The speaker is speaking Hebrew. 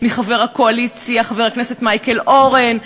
מחבר הקואליציה חבר הכנסת מייקל אורן,